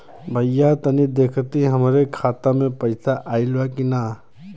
भईया तनि देखती हमरे खाता मे पैसा आईल बा की ना?